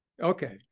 Okay